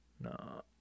No